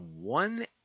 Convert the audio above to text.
one